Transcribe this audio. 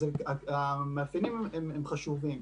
אז המאפיינים הם חשובים.